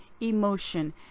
emotion